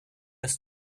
ist